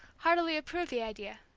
heartily approved the idea.